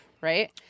right